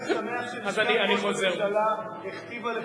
אני שמח שלשכת ראש הממשלה הכתיבה לך,